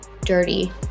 dirty